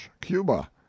cuba